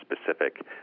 specific